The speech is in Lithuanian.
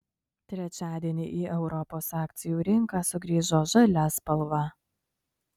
trečiadienį į europos akcijų rinką sugrįžo žalia spalva